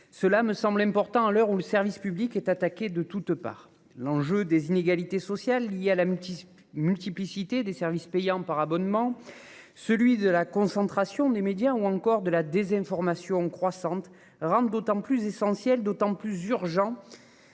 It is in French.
de le souligner, à l'heure où ce service public est attaqué de toutes parts. L'enjeu des inégalités sociales liées à la multiplicité des services payants par abonnement, celui de la concentration des médias ou encore de la désinformation croissante rendent d'autant plus essentiel et urgent